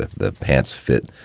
the pants fit,